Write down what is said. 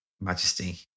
Majesty